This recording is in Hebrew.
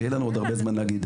ויהיה לנו עוד הרבה זמן להגיד.